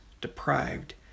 deprived